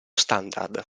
standard